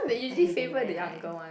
he didn't really like